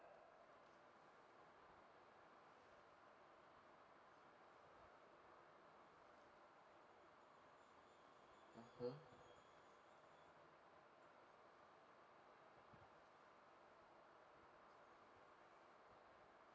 mmhmm